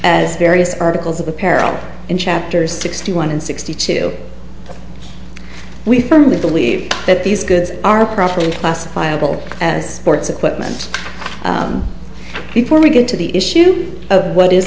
as various articles of apparel and chapters sixty one and sixty two we firmly believe that these goods are properly classifiable as ports equipment before we get to the issue of what is